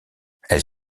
elle